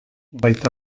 baita